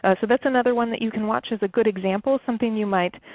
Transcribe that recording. ah so that's another one that you can watch as a good example, something you might